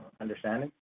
understanding